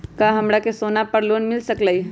का हमरा के सोना पर लोन मिल सकलई ह?